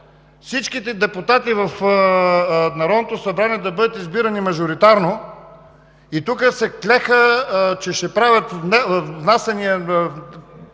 всичките депутати в Народното събрание да бъдат избирани мажоритарно и тук се клеха, че ще правят внасяне